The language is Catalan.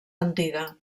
antiga